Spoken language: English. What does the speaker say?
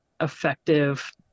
effective